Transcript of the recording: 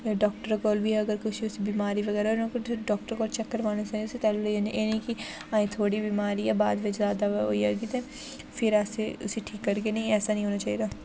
doctor कोल बी अगर कुछ उसी बीमारी बगैरा डॉक्टर कोल चेक करवाना चाहि्दा उसी एह् निं कि अजें थोह्ड़ी बीमारी ऐ बाद बिच जादा होई जाह्गी ते फिर असें उसी ठीक करग नी ऐसा निं होना चाहि्दा